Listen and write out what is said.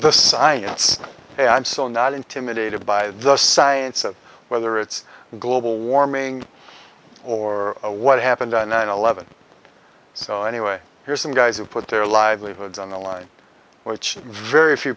the science and i'm still not intimidated by the science of whether it's global warming or what happened on nine eleven so anyway here's some guys who put their livelihoods on the line which very few